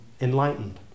enlightened